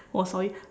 oh sorry